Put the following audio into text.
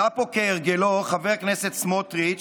עלה לפה כהרגלו חבר הכנסת סמוטריץ',